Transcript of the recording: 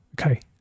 okay